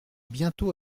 bientôt